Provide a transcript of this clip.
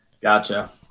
Gotcha